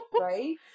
right